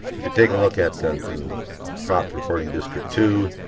if you take a look at the crop reporting district two,